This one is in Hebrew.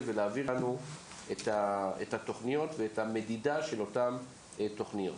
ולהעביר לנו את התוכניות ואת המדידה של אותן תוכניות.